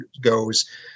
goes